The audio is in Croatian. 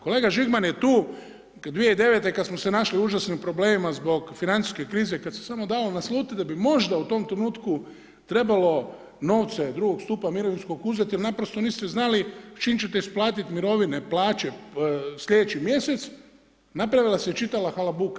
Kolega Žigman je tu, 2009. kad smo se našli u užasnim problemima zbog financijske krize, kad sam samo dao naslutiti da bi možda u tom trenutku trebalo novce drugog stupa mirovinskog uzet, jer naprosto niste znali s čime ćete isplatiti mirovine, plaće sljedeći mjesec, napravila se čitava halabuka.